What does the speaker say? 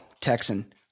Texan